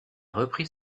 repris